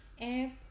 app